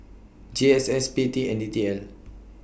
G S S P T and D T L